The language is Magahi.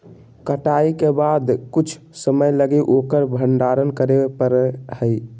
कटाई के बाद कुछ समय लगी उकर भंडारण करे परैय हइ